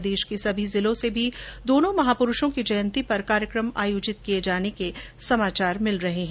प्रदेश के सभी जिलों से भी दोनों महापुरूषों की जयंती पर कार्यक्रम आयोजित किये जाने के समाचार मिले हैं